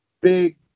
big